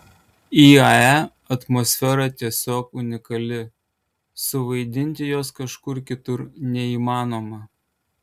iae atmosfera tiesiog unikali suvaidinti jos kažkur kitur neįmanoma